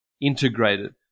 integrated